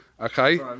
Okay